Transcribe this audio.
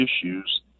issues